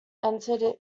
entered